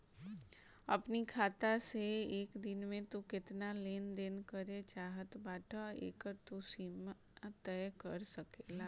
अपनी खाता से एक दिन में तू केतना लेन देन करे चाहत बाटअ एकर तू सीमा तय कर सकेला